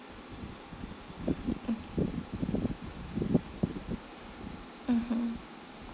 mmhmm